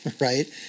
right